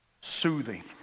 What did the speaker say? soothing